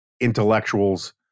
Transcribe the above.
intellectuals